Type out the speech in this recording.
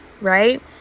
right